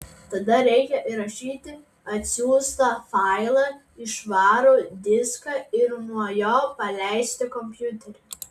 tada reikia įrašyti atsiųstą failą į švarų diską ir nuo jo paleisti kompiuterį